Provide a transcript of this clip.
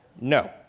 No